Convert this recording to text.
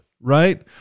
Right